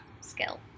skill